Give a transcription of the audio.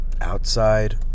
Outside